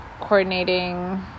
coordinating